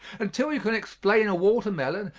until you can explain a watermelon,